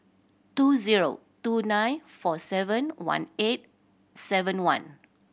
two zero two nine four seven one eight seven one